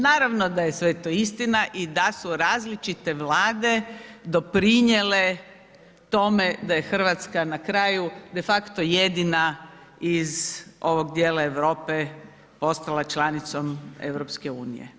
Naravno da je sve to istina i da su različite Vlade doprinijele tome da je RH na kraju defakto jedina iz ovog dijela Europe postala članicom EU.